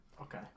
Okay